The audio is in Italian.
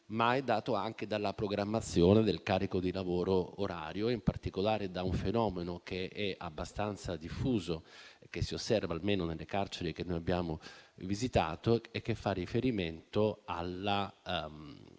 ma è dato dalla programmazione del carico di lavoro orario e in particolare da un fenomeno che è abbastanza diffuso e che si osserva almeno nelle carceri che noi abbiamo visitato. Mi riferisco alle